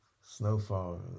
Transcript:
Snowfall